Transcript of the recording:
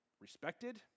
respected